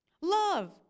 Love